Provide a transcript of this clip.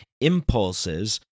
impulses